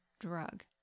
drug